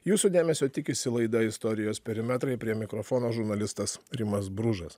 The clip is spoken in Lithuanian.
jūsų dėmesio tikisi laida istorijos perimetrai prie mikrofono žurnalistas rimas bružas